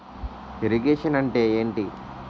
Irrigation అంటే ఏంటీ?